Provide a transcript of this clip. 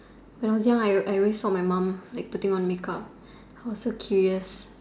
when I was young I I always saw my mom like putting on makeup I was so curious